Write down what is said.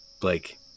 Blake